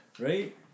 Right